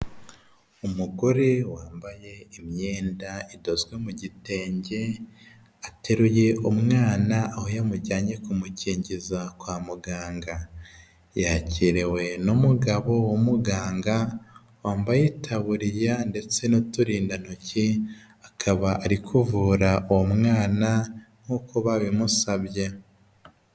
Umugore wambaye imyenda idozwe mu gitenge ateruye umwana, aho yamujyanye kumukingiza kwa muganga, yakiriwe n'umugabo w'umuganga wambaye itaburiya, ndetse n'uturindantoki akaba ari kuvura uwo mwana nk'uko babimusabye.